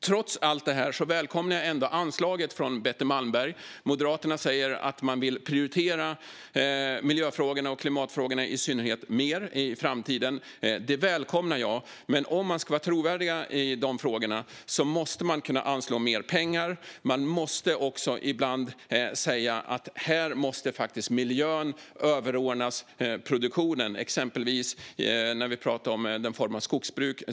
Trots detta välkomnar jag anslaget från Betty Malmberg. Moderaterna säger att de vill prioritera miljöfrågorna och i synnerhet klimatfrågorna mer i framtiden. Men om Moderaterna ska vara trovärdiga i dessa frågor måste de anslå mer pengar och ibland låta miljön vara överordnad produktionen, exempelvis vad gäller dagens skogsbruk.